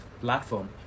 platform